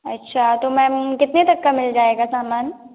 अच्छा तो मैम कितने तक का मिल जाएगा सामान